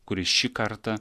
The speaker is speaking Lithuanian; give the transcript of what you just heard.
kuris šį kartą